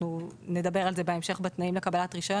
אנחנו נדבר על זה בהמשך, בתנאים לקבלת הרישיון.